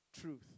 truth